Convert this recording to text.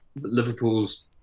Liverpool's